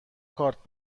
کارت